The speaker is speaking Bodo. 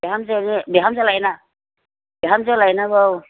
बिहामजोनो बिहामजो लायनो बिहामजो लायनांगौ